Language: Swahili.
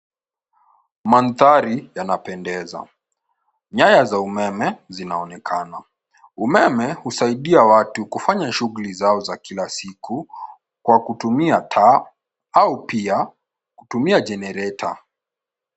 Mandhari yanapendeza. Nyaya za umeme zinaonekana. Umeme husaidia watu kufanya shughuli zao za kila siku kwa kutumia taa, au pia kutumia generator .